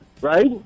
right